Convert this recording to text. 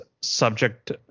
subject